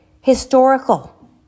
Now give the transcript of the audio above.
historical